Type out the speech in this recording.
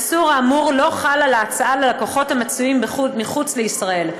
האיסור האמור לא חל על ההצעה ללקוחות המצויים מחוץ לישראל.